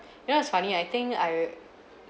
you know it's funny I think I